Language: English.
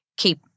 keep